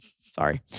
sorry